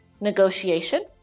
negotiation